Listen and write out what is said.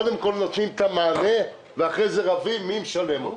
נותנים את המענה בתחילה ואחר כך רבים מי ישלם אותו.